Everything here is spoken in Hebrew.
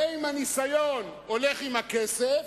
זה עם הניסיון הולך עם הכסף,